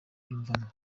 yiyumvamo